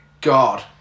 God